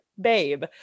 babe